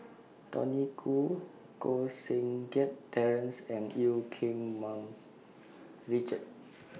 Tony Khoo Koh Seng Kiat Terence and EU Keng Mun Richard